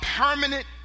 permanent